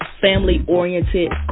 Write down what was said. family-oriented